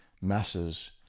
masses